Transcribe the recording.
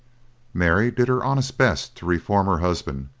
mary did her honest best to reform her husband,